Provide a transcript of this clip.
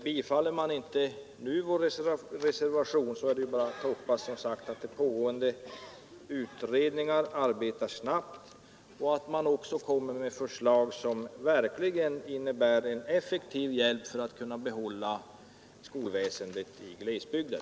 Bifaller man inte nu vår reservation så är det bara att hoppas, som sagt, att pågående utredningar arbetar snabbt och också kommer med förslag som verkligen innebär en effektiv hjälp för att vi skall kunna behålla skolväsendet i glesbygden.